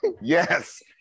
Yes